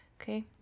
Okay